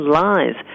lies